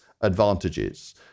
advantages